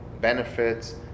benefits